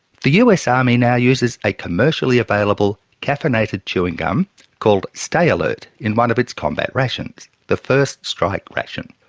the us army now uses a commercially available caffeinated chewing gum called stayalert in one of its combat rations, the first strike ration.